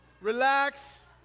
Relax